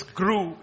grew